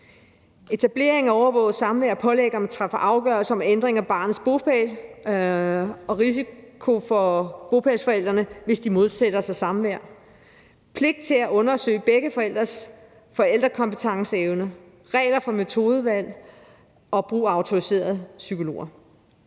etablering af overvåget samvær og pålæg, når man træffer afgørelse om ændring af barnets bopæl; risiko for bopælsforælderen, hvis denne modsætter sig samvær; pligt til at undersøge begge forældres forældrekompetencer og forældreevne; regler for metodevalg og brug af autoriserede psykologer.